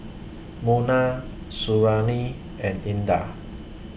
Munah Suriani and Indah